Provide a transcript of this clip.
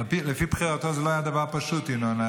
לפי בחירתו לא היה דבר פשוט, ינון.